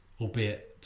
albeit